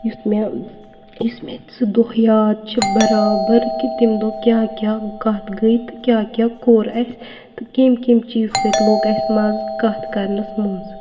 یُتھ مےٚ یُس مےٚ سُہ دۄہ یاد چھِ بَرابَر کہِ تَمہِ دۄہ کیٛاہ کیٛاہ کَتھ گٔے تہٕ کیٛاہ کیٛاہ کوٚر اَسہِ تہٕ کَمہِ کَمہِ چیٖز سۭتۍ لوٚگ اَسہِ مَزٕ کَتھ کَرنَس منٛز